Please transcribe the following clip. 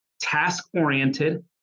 task-oriented